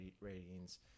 ratings